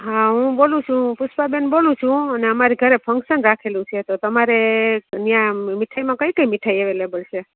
હા હું બોલું છું પુષ્પાબેન બોલું છું અને અમારી ઘરે ફંકશન રાખેલું છે તો તમારે ત્યાં મ મીઠાઇમાં કઈ કઈ મીઠાઇ અવેલેબલ છે